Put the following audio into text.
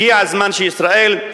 הגיע הזמן שישראל,